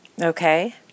Okay